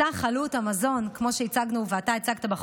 סך עלות המזון, כמו שהצגנו בחוברת ואתה הצגת,